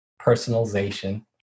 personalization